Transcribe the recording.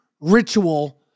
ritual